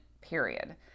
period